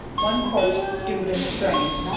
one quart stewed and strained,